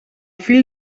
fill